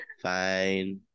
Fine